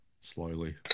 slowly